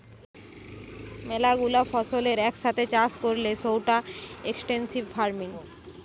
ম্যালা গুলা ফসলের এক সাথে চাষ করলে সৌটা এক্সটেন্সিভ ফার্মিং